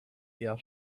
eher